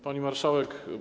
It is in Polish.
Pani Marszałek!